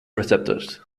receptors